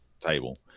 table